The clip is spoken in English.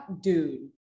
dude